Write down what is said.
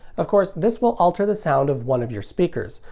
of course, this will alter the sound of one of your speakers,